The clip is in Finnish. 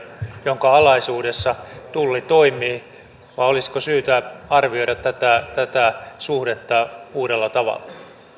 jonka alaisuudessa tulli toimii vai olisiko syytä arvioida tätä tätä suhdetta uudella tavalla